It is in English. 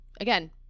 again